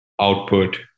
output